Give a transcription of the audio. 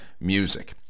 music